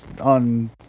on